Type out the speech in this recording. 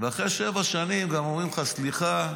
ואחרי שבע שנים גם אומרים לך סליחה,